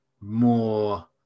more